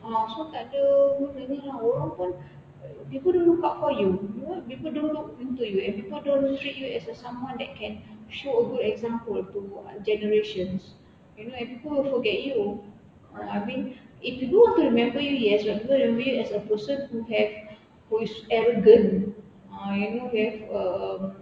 ah so tak ada gunanya lah orang pun people don't look up for you people don't look into you and people don't treat you as a someone that can show a good example to generations you know and people will forget you I mean if people want to remember you yes but people remember you as a person who has who is arrogant ah you know you have a